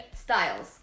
Styles